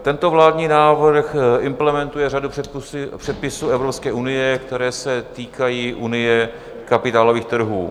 Tento vládní návrh implementuje řadu předpisů Evropské unie, které se týkají unie kapitálových trhů.